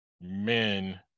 men